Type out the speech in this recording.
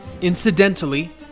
incidentally